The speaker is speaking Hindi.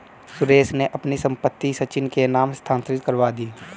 सुरेश ने अपनी संपत्ति सचिन के नाम स्थानांतरित करवा दी